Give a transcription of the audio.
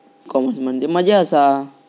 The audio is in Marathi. ई कॉमर्स म्हणजे मझ्या आसा?